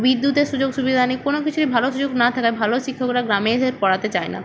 বিদ্যুতের সুযোগ সুবিধা নেই কোনো কিছুই ভালো সুযোগ না থাকায় ভালো শিক্ষকরা গ্রামে এসে পড়াতে চায় না